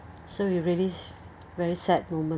so it really very sad moment